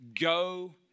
go